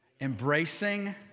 embracing